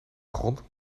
grond